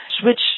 switch